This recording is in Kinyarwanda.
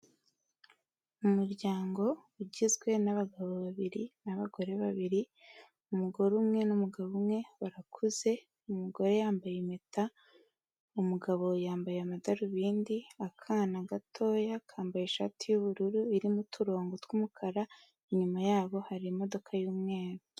Umuryango ugizwe n'abagabo babiri n'abagore babiri, umugore umwe n'umugabo umwe barakuze, umugore yambaye impeta, umugabo yambaye amadarubindi, akana gatoya kambaye ishati y'ubururu irimo uturongo tw'umukara, inyuma yabo hari imodoka y'umweru.